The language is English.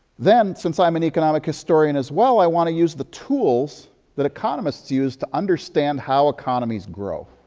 then, since i'm an economic historian, as well, i want to use the tools that economists use to understand how economies grow.